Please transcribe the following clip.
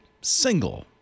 single